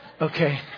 Okay